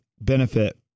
benefit